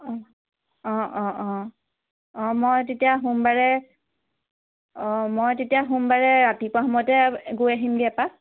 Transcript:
অ অ অ অ অ মই তেতিয়া সোমবাৰে অ মই তেতিয়া সোমবাৰে ৰাতিপুৱা সময়তে গৈ আহিমগে এপাক